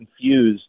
confused